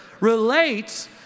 relates